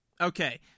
Okay